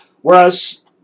Whereas